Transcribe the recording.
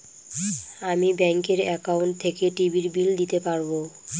আমি ব্যাঙ্কের একাউন্ট থেকে টিভির বিল দিতে পারবো